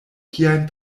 kiajn